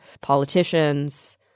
politicians